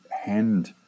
hand